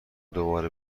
دوباره